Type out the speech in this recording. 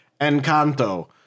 Encanto